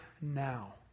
now